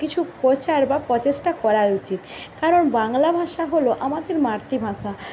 কিছু প্রচার বা প্রচেষ্টা করা উচিত কারণ বাংলা ভাষা হল আমাদের মাতৃভাষা